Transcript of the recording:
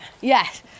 Yes